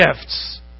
gifts